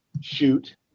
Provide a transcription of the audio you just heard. shoot